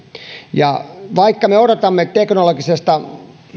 vaikka me odotamme teknologisesta